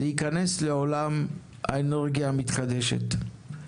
כדי להיכנס לעולם האנרגיה המתחדשת.